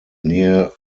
near